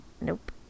nope